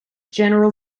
general